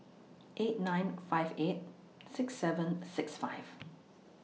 eight nine five eight six seven six five